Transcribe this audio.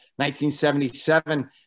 1977